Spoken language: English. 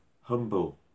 humble